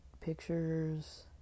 pictures